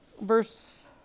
verse